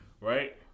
Right